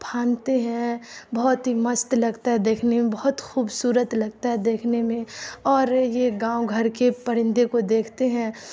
پھاندتے ہیں بہت ہی مست لگتا ہے دیکھنے میں بہت خوبصورت لگتا ہے دیکھنے میں اور یہ گاؤں گھر کے پرندے کو دیکھتے ہیں